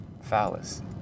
phallus